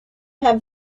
have